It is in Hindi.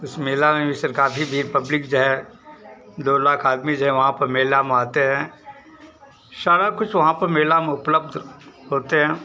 उस मेले में भी सर काफ़ी भीड़ पब्लिक जो है दो लाख आदमी जो हैं वहाँ पर मेला मा आते हैं सारा कुछ वहाँ पर मेला में उपलब्ध होते हैं